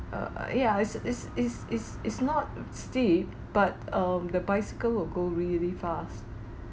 uh uh ya is is is is is not steep but um the bicycle will go really fast